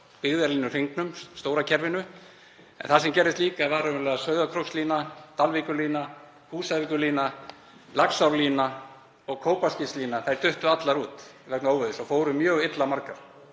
byggðalínuhringnum, stóra kerfinu. En það sem gerðist líka var að Sauðárkrókslína, Dalvíkurlína, Húsavíkurlína, Laxárlína og Kópaskerslína duttu allar út vegna óveðurs og fóru margar